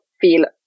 feel